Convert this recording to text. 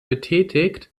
betätigt